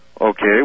Okay